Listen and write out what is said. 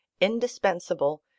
indispensable